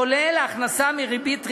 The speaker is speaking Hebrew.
כולל ההכנסה מריבית ריאלית.